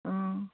ꯎꯝ